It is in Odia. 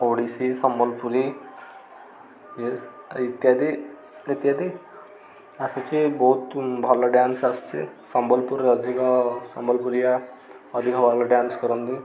ଓଡ଼ିଶୀ ସମ୍ବଲପୁରୀ ଇତ୍ୟାଦି ଇତ୍ୟାଦି ଆସୁଛି ବହୁତୁ ଭଲ ଡ୍ୟାନସ୍ ଆସୁଛି ସମ୍ବଲପୁର ଅଧିକ ସମ୍ବଲପୁରୀଆ ଅଧିକ ଭଲ ଡ୍ୟାନସ୍ କରନ୍ତି